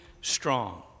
strong